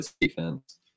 defense